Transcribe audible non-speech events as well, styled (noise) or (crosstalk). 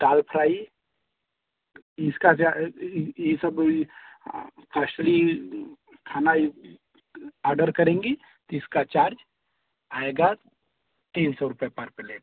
दाल fry इसका यह सब (unintelligible) खाना ऑर्डर करेंगी इसका चार्ज आएगा तीन सौ रूपये पर पलेट